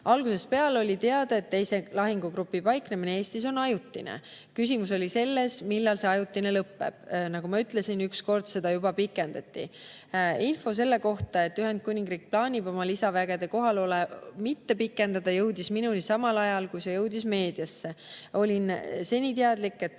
Algusest peale oli teada, et teise lahingugrupi paiknemine Eestis on ajutine. Küsimus oli selles, millal see ajutine lõpeb. Nagu ma ütlesin, üks kord seda juba pikendati. Info selle kohta, et Ühendkuningriik plaanib oma lisavägede kohalolekut mitte pikendada, jõudis minuni samal ajal, kui see jõudis meediasse. Olin seni teadlik, et poliitilisel